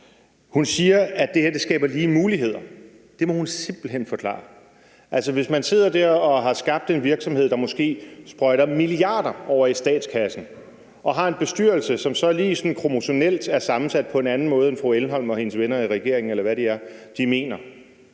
Hun siger, at det her skaber lige muligheder. Det må hun simpelt hen forklare. Altså, hvis man sidder der og har skabt en virksomhed, der måske sprøjter milliarder over i statskassen, og har en bestyrelse, som så lige kromosomalt er sammensat på en anden måde, end fru Louise Elholm og hendes venner i regeringen, eller hvad de er, mener